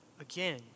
Again